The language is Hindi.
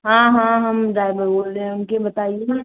हाँ हाँ हम ड्राइवर बोल रहे हैं उनकी बताइए